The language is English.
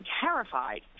terrified